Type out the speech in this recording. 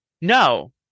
No